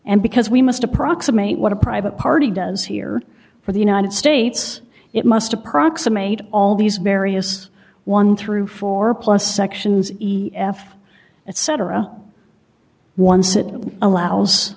and because we must approximate what a private party does here for the united states it must approximate all these various one through four plus sections e f etc once it allows